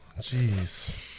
Jeez